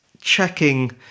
checking